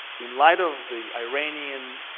in light of the iranian